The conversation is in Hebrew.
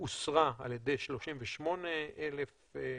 והוסרה על ידי 38,000 אנשים.